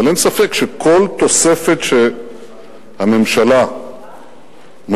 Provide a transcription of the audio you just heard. אבל אין ספק שכל תוספת שהממשלה מוסיפה,